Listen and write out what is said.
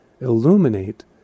illuminate